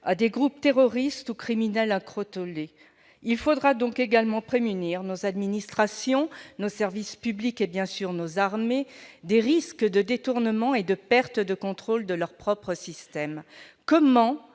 à des groupes terroristes ou criminels incontrôlés. Il faudra donc également prémunir nos administrations, nos services publics et, bien sûr, nos armées contre les risques de détournement et de pertes de contrôles de leurs propres systèmes. Comment